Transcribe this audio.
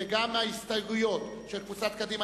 וגם ההסתייגויות של קבוצת קדימה,